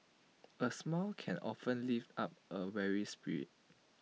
A smile can often lift up A weary spirit